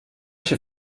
się